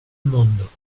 mondo